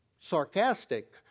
sarcastic